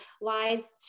wise